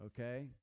okay